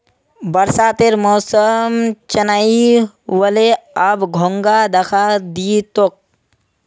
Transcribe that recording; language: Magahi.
बरसातेर मौसम चनइ व ले, अब घोंघा दखा दी तोक